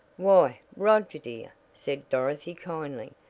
why, roger, dear, said dorothy kindly,